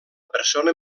persona